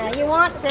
and you want so